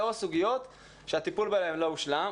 ו/או סוגיות שהטיפול בהן לא הושלם.